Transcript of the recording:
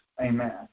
amen